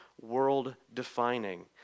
world-defining